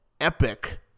epic